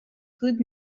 good